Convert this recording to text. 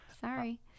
sorry